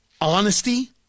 Honesty